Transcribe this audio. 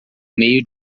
meio